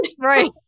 Right